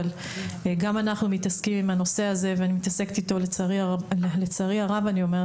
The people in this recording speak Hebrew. אבל גם אנחנו מתעסקים עם הנושא הזה ולצערי הרב אני מתעסקת